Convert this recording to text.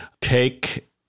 take